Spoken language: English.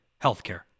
healthcare